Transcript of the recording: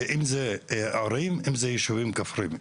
אם זה ערים, אם זה יישובים כפריים.